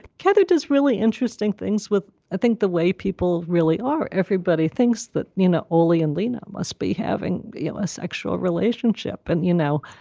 cather does really interesting things with i think the way people really are. everybody thinks that nina oley and lena must be having you know a sexual relationship. and, you know,